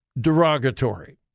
derogatory